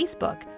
Facebook